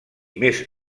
més